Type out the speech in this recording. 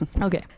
Okay